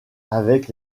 avec